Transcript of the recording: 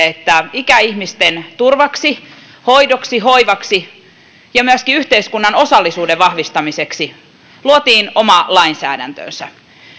että ikäihmisten turvaksi hoidoksi hoivaksi ja myöskin yhteiskunnan osallisuuden vahvistamiseksi luotiin oma lainsäädäntönsä